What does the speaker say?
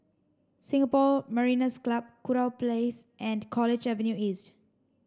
Singapore Mariners' Club Kurau Place and College Avenue East